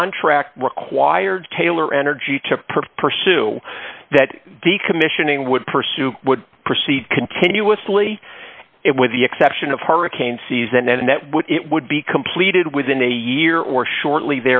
contract required taylor energy to pursue that decommissioning would pursue would proceed continuously it with the exception of hurricane season and that would it would be completed within a year or shortly